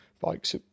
bikes